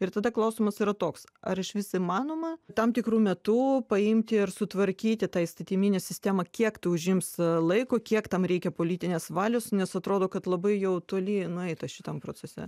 ir tada klausimas yra toks ar išvis įmanoma tam tikru metu paimti ir sutvarkyti tą įstatyminę sistemą kiek tai užims laiko kiek tam reikia politinės valios nes atrodo kad labai jau toli nueita šitam procese